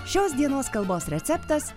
šios dienos kalbos receptas